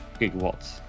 gigawatts